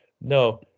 No